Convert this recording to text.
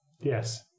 yes